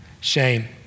shame